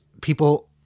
people